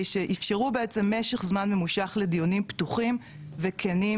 שאפשרו בעצם משך זמן ממושך לדיונים פתוחים וכנים